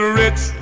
rich